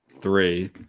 three